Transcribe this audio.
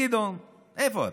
גדעון, איפה אתה?